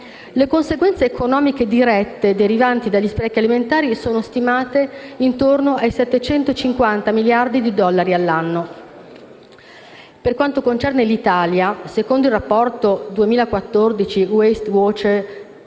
Le conseguenze economiche dirette derivanti dagli sprechi alimentari sono stimate intorno ai 750 miliardi di dollari all'anno. Per quanto concerne l'Italia, secondo il rapporto 2014 Waste